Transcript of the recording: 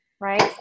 right